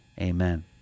amen